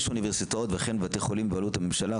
אוניברסיטאות וכן בבתי חולים בבעלות הממשלה,